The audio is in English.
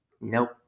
nope